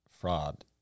fraud